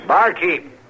Barkeep